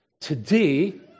today